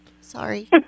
Sorry